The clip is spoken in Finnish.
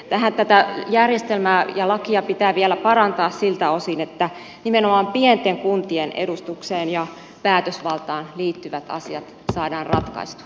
vähän tätä järjestelmää ja lakia pitää vielä parantaa siltä osin että nimenomaan pienten kuntien edustukseen ja päätösvaltaan liittyvät asiat saadaan ratkaistua